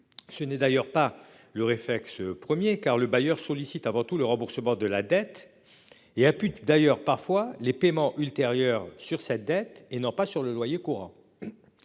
Ce n'est d'ailleurs pas le réflexe 1er car le bailleur sollicitent avant tout le remboursement de la dette et a pu d'ailleurs parfois les paiements ultérieurs sur cette dette et non pas sur le loyer courant.